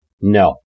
no